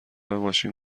ماشین